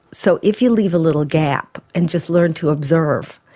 so if you leave a little gap and just learn to observe,